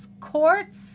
Courts